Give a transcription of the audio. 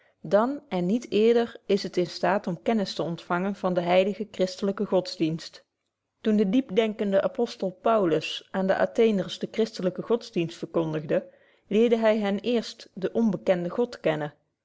dan en niet eerder is het in staat om kennis te ontvangen van den heiligen christelyken godsdienst toen de diepdenkende apostel paulus aan de atheners den christelyken godsdienst verkondigde leerde hy hen eerst den onbekenden god kennen